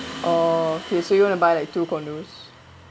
orh okay so you want to buy like two condos